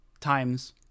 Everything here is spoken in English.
Times